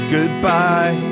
Goodbye